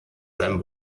seinem